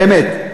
באמת,